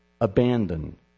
abandon